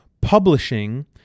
publishing